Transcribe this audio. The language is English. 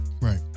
Right